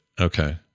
okay